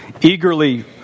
eagerly